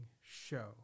show